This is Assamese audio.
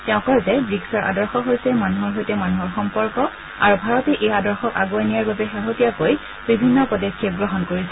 তেওঁ কয় যে ব্ৰিকছৰ আদৰ্শ হৈছে মানুহৰ সৈতে মানুহৰ সম্পৰ্ক আৰু ভাৰতে এই আদৰ্শক আগুৱাই নিয়াৰ বাবে শেহতীয়াকৈ বিভিন্ন পদক্ষেপ গ্ৰহণ কৰিছে